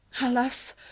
Alas